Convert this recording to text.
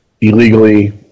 illegally